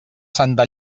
santa